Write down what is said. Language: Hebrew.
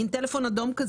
מעין טלפון אדום,